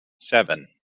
seven